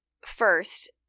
first